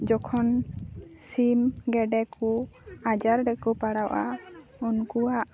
ᱡᱚᱠᱷᱚᱱ ᱥᱤᱢ ᱜᱮᱰᱮ ᱠᱚ ᱟᱡᱟᱨ ᱨᱮᱠᱚ ᱯᱟᱲᱟᱣᱚᱜᱼᱟ ᱩᱱᱠᱩᱣᱟᱜ